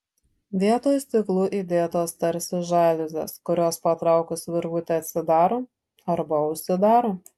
vietoj stiklų įdėtos tarsi žaliuzės kurios patraukus virvutę atsidaro arba užsidaro